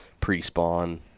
pre-spawn